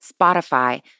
Spotify